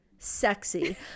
sexy